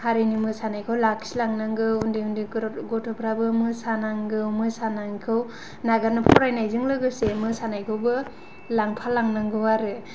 हारिनि मोसानायखौ लाखि लांनांगौ उन्दै उन्दै गथ'फ्राबो मोसानांगौ मोसानायखौ लानानै फरायनायजों लोगोसे मोसानायखौबो लांफा लांनांगौ आरो